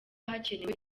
hakenewe